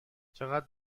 چقد